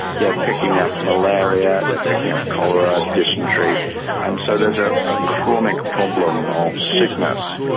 they're picking up malaria, they're picking up cholera, dysentery and so there's a ah chronic problem of sickness.